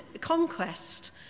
conquest